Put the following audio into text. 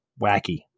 wacky